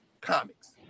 comics